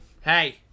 Hey